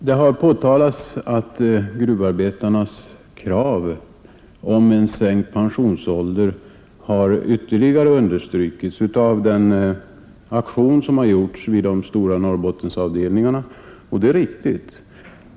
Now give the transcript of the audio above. Det har påtalats att gruvarbetarnas krav om en sänkt pensionsålder har ytterligare understrukits av den aktion som har gjorts vid de stora Norrbottenavdelningarna, och det är riktigt.